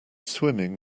swimming